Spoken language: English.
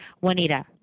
Juanita